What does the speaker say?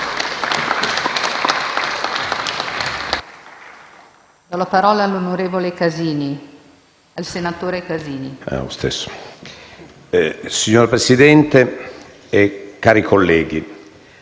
Signor Presidente, cari colleghi,